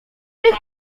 niech